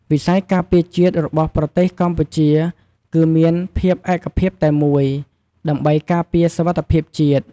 វិស័យការពារជាតិរបស់ប្រទេសកម្ពុជាគឺមានភាពឯកភាពតែមួយ ដើម្បីការពារសុវត្ថិភាពជាតិ។